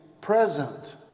present